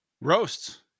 Roasts